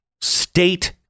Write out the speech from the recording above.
state